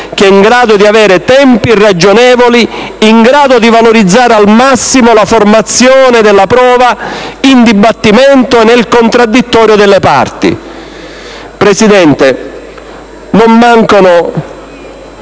avere una giustizia in tempi ragionevoli, in grado di valorizzare al massimo la formazione della prova in dibattimento e nel contraddittorio delle parti. Signora Presidente, non mancano